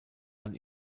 man